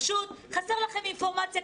פשוט חסרה לכם אינפורמציה,